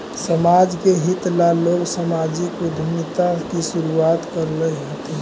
समाज के हित ला लोग सामाजिक उद्यमिता की शुरुआत करअ हथीन